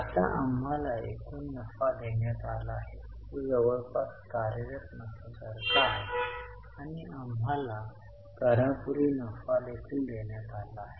आता आम्हाला एकूण नफा देण्यात आला आहे जो जवळपास कार्यरत नफ्यासारखा आहे आणि आम्हाला करा पूर्वी नफा देखील देण्यात आला आहे